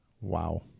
wow